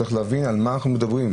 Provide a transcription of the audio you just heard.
צריך להבין על מה אנחנו מדברים.